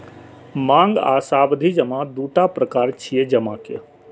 मांग आ सावधि जमा दूटा प्रकार छियै जमा के